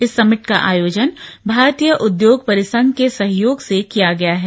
इस समिट का आयोजन भारतीय उद्योग परिसंघ के सहयोग से किया गया है